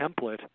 template